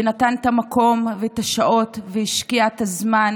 שנתן את המקום ואת השעות והשקיע את הזמן